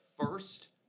first